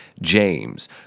James